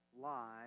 lie